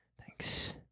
thanks